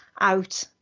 out